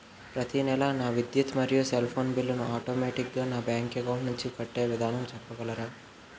ప్రతి నెల నా విద్యుత్ మరియు సెల్ ఫోన్ బిల్లు ను ఆటోమేటిక్ గా నా బ్యాంక్ అకౌంట్ నుంచి కట్టే విధానం చెప్పగలరా?